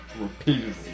repeatedly